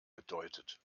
bedeutet